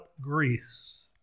Greece